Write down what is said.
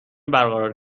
برقرار